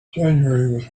january